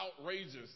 outrageous